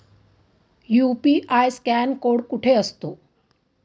UPI scan code कुठे असतो?